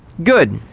good.